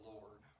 Lord